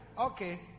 Okay